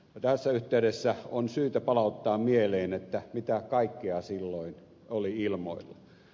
tässä yhteydessä on syytä palauttaa mieleen mitä kaikkea silloin oli ilmoilla